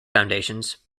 foundations